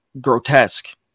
grotesque